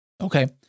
Okay